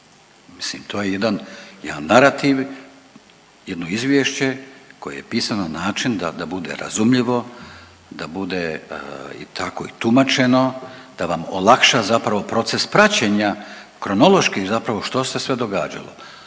mislim to je jedan narativ, jedno izvješće koje je pisano na način da bude razumljivo, da bude tako i tumačeno, da vam olakša zapravo proces praćenja kronološki što se sve događalo.